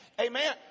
Amen